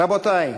רבותי,